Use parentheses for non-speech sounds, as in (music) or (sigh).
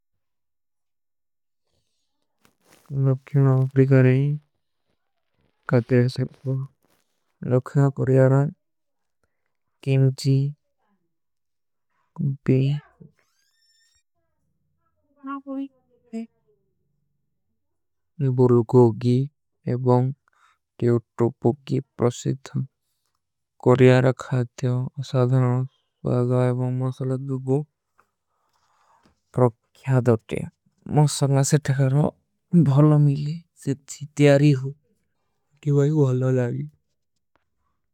ଲଖ୍ଯୂନା ଅପ୍ରିକାରେ ଖାତେ ହୈଂ ସେ ପୁର ଲଖ୍ଯୂନା କୋରିଯାରା। କେମଚୀ କୁଂପେ (noise) ନିବରୁଗୋଗୀ ଏବଂଗ ଟିଯୋଟୋପୋଗୀ। ପ୍ରସିଧ କୋରିଯାରା ଖାତେ ହୈଂ ସାଧନା ବାଜା ଏବଂଗ ମସଲା। ଦୁଗୋଗୀ ପ୍ରକ୍ଯାଦୋଟେ ମୁଝେ ସଂଗାସେ ଠାକର ହୋ ଭଲୋ ମିଲେ। ସେଚ ଚୀ ତ୍ଯାରୀ ହୋ କିଵାଈ ଭଲୋ ଲାଗୀ।